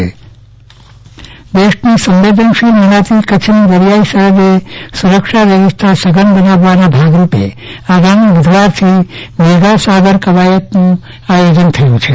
Chandravadan Pattani mega Sagar કવાયત દેશની સંવેદનશીલ મનાતી કચ્છની દરિયાઈ સરહદે સુરક્ષા વ્યવસ્થા સઘન બનાવવાના ભાગરૂપે આગામી બુધવારથી મેગા સાગર કવાયતનું આયોજન થયું છે